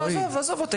לא, עזוב אותה.